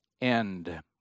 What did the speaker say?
end